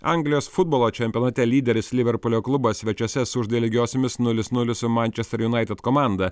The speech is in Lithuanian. anglijos futbolo čempionate lyderis liverpulio klubas svečiuose sužaidė lygiosiomis nulis nulis su mančester junaited komanda